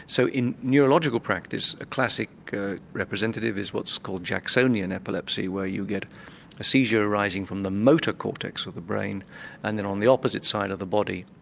so in neurological practice a classic representative is what's called jacksonian epilepsy, where you get a seizure arising from the motor cortex of the brain and then on the opposite side of the body,